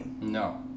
No